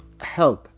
health